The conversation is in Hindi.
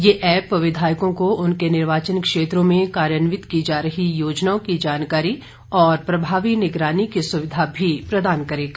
यह एप्प विधायकों को उनके निर्वाचन क्षेत्रों में कार्यान्वित की जा रही योजनाओं की जानकारी और प्रभावी निगरानी की सुविधा भी प्रदान करेगा